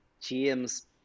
James